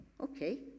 okay